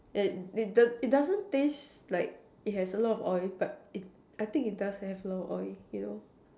eh it does it doesn't taste like it has a lot of oil but I think it does have a lot of oil you know